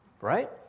Right